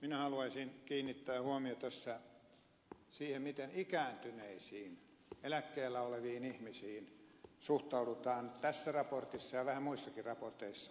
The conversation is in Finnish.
minä haluaisin kiinnittää huomiota tässä siihen miten ikääntyneisiin eläkkeellä oleviin ihmisiin suhtaudutaan tässä raportissa ja vähän muissakin raporteissa